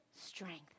strength